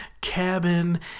cabin